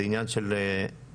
זה עניין של תהליך.